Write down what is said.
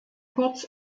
kurz